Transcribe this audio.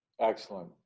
Excellent